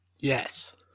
Yes